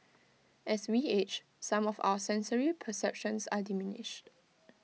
as we age some of our sensory perceptions are diminished